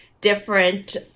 different